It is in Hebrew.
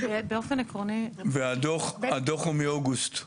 והדוח הוא מאוגוסט.